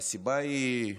הסיבה היא,